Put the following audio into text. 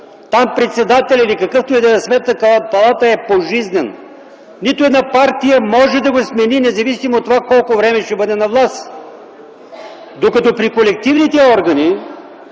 Там председателят или какъвто и да е на Сметната палата е пожизнен. Нито една партия не може да го смени, независимо от това колко време ще бъде на власт. Докато при колективните органи